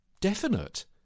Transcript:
definite